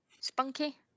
Spunky